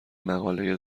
مقاله